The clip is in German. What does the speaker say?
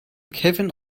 kevin